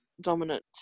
dominant